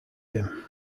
him